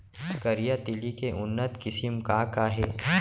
करिया तिलि के उन्नत किसिम का का हे?